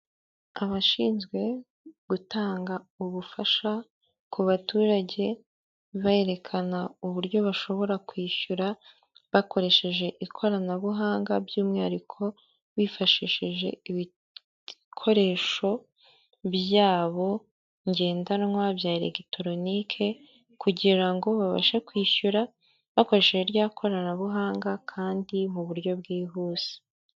Abashinzwe gutanga ubufasha ku baturage, berekana uburyo bashobora kwishyura bakoresheje ikoranabuhanga by'umwihariko bifashishije ibikoresho byabo ngendanwa bya elegitoronike, kugira ngo babashe kwishyura bakoresheje rya koranabuhanga kandi mu buryo bwihuse.